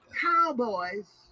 cowboys